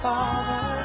Father